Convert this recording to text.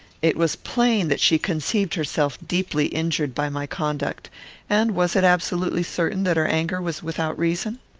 it was plain that she conceived herself deeply injured by my conduct and was it absolutely certain that her anger was without reason?